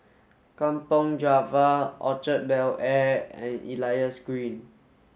Kampong Java Orchard Bel Air and Elias Green